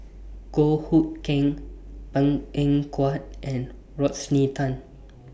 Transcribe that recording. Goh Hood Keng Png Eng Huat and Rodney Tan